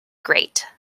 great